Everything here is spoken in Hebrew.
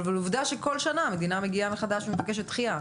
אבל עובדה שכל שנה המדינה מגיעה מחדש ומבקשת דחייה.